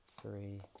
three